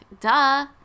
duh